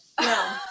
No